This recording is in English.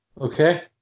Okay